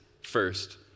First